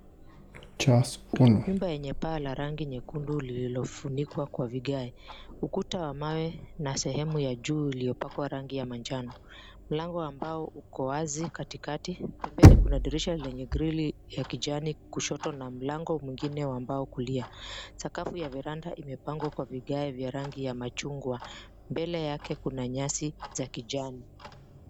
Nyumba yenye paa la rangi nyekundu lililofunikwa kwa vigae. Ukuta wa mawe na sehemu ya juu iliyopkwa rangi ya manjano. Mlango wa mbao uko wazi katikati, pembeni kuna dirisha lenye grili ya kijani kushoto na mlango mwingine wa mbao kulia. Sakafu ya veranda imepangwa kwa vigae ya machungwa, mbele yake kuna nyasi za kijani.